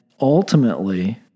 ultimately